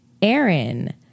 Aaron